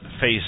face